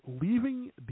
leaving